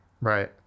Right